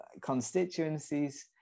constituencies